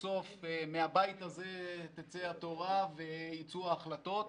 בסוף מהבית הזה תצא התורה ויצאו ההחלטות.